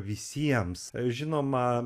visiems žinoma